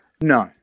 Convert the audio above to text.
No